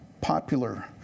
popular